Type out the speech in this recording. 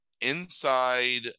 inside